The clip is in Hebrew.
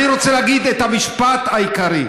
אני רוצה להגיד את המשפט העיקרי: